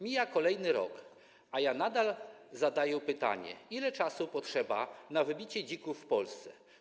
Mija kolejny rok, a ja nadal zadaję pytanie: Ile czasu potrzeba na wybicie dzików w Polsce?